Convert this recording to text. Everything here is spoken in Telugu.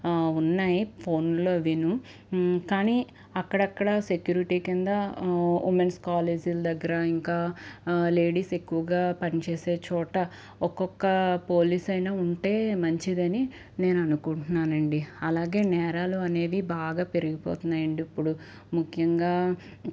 ఉన్నాయి ఫోన్లు అవీనూ కానీ అక్కడక్కడా సెక్యూరిటీ క్రింద ఉమెన్స్ కాలేజీల దగ్గర ఇంకా లేడీస్ ఎక్కువగా పని చేసే చోట ఒకొక్క పోలీసైనా ఉంటె మంచిదని నేను అనుకుంటున్నానండి అలాగే నేరాలు అనేవి బాగా పెరిగిపోతున్నాయండి ఇప్పుడు ముఖ్యంగా